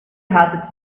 has